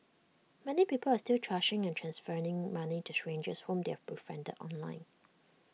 many people are still trusting and transferring money to strangers whom they are befriended online